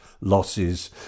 losses